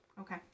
Okay